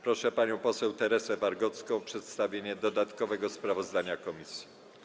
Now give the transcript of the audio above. Proszę panią poseł Teresę Wargocką o przedstawienie dodatkowego sprawozdania komisji.